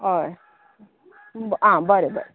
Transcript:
हय आं बरें बरें